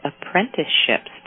apprenticeships